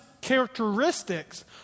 characteristics